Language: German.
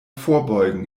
vorbeugen